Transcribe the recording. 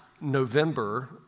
November